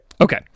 okay